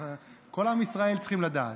כל עם ישראל צריכים לדעת.